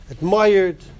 Admired